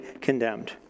condemned